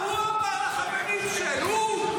הוא אמר, הוא אמר "החברים של" הוא.